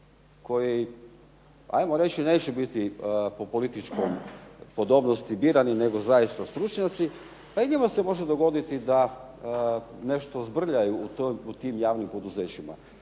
koji, ajmo reći, neće biti po političkoj podobnosti birani nego zaista stručnjaci, pa i njemu se može dogoditi da nešto zbrlja u tim javnim poduzećima.